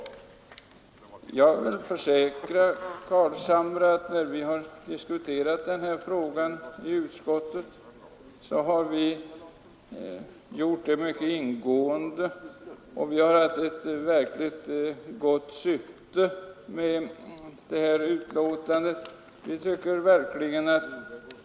Jag vill försäkra herr Carlshamre att när vi i utskottet behandlat denna fråga, så har vi diskuterat den mycket ingående. Vi har också ett mycket gott syfte med detta betänkande.